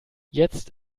jetzt